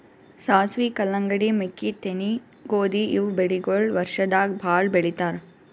ಸಾಸ್ವಿ, ಕಲ್ಲಂಗಡಿ, ಮೆಕ್ಕಿತೆನಿ, ಗೋಧಿ ಇವ್ ಬೆಳಿಗೊಳ್ ವರ್ಷದಾಗ್ ಭಾಳ್ ಬೆಳಿತಾರ್